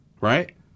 right